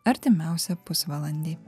artimiausią pusvalandį